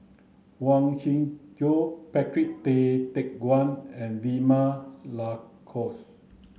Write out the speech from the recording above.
Huang Shiqi Joan Patrick Tay Teck Guan and Vilma Laus